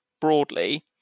broadly